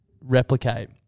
replicate